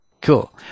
cool